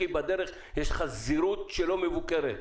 כי בדרך יש חזירוּת לא מבוקרת.